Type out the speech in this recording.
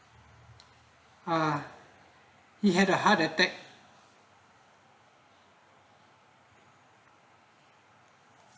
ah he had a heart acttack